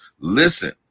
listen